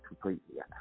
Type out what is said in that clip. completely